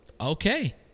okay